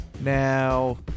Now